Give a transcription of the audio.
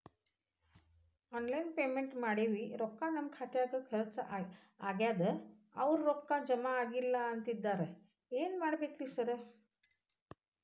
Online payment ಮಾಡೇವಿ ರೊಕ್ಕಾ ನಮ್ ಖಾತ್ಯಾಗ ಖರ್ಚ್ ಆಗ್ಯಾದ ಅವ್ರ್ ರೊಕ್ಕ ಜಮಾ ಆಗಿಲ್ಲ ಅಂತಿದ್ದಾರ ಏನ್ ಮಾಡ್ಬೇಕ್ರಿ ಸರ್?